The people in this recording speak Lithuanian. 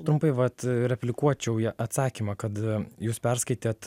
trumpai vat replikuočiau į atsakymą kad jūs perskaitėt